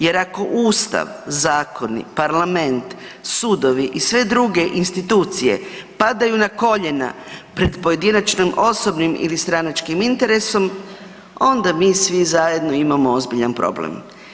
Jer ako Ustav, zakoni, parlament, sudovi i sve druge institucije padaju na koljena pred pojedinačnim osobnim ili stranačkim interesom, onda mi svi zajedno imamo ozbiljan problem.